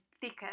thicker